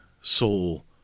soul